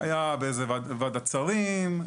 היה באיזה ועדת שרים,